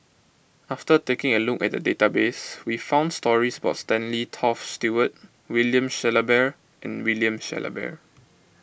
after taking a look at the database we found stories about Stanley Toft Stewart William Shellabear and William Shellabear